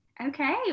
Okay